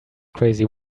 crazy